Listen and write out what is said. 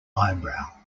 eyebrow